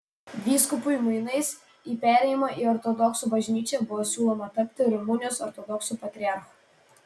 vyskupui mainais į perėjimą į ortodoksų bažnyčią buvo siūloma tapti rumunijos ortodoksų patriarchu